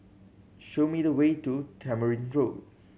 show me the way to Tamarind Road